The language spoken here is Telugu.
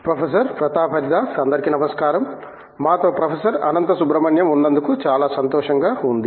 ప్రొఫెసర్ ప్రతాప్ హరిదాస్ అందరికీ నమస్కారం మాతో ప్రొఫెసర్ అనంత సుబ్రమణ్యం ఉన్నందుకు చాలా సంతోషంగా ఉంది